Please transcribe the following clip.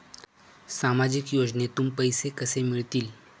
सामाजिक योजनेतून पैसे कसे मिळतील?